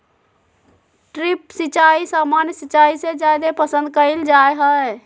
drip सिंचाई सामान्य सिंचाई से जादे पसंद कईल जा हई